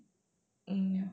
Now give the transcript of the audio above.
mm